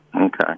Okay